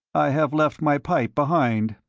i have left my pipe behind.